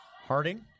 Harding